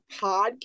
podcast